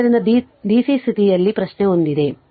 ಆದ್ದರಿಂದ DC ಸ್ಥಿತಿಯಲ್ಲಿ ಪ್ರಶ್ನೆ ಒಂದಿದೆ